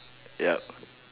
yup